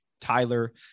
Tyler